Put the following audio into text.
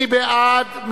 מי בעד?